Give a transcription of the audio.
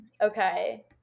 okay